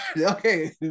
okay